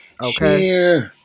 Okay